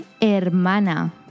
hermana